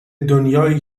دنیایی